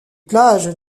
plages